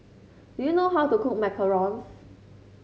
do you know how to cook macarons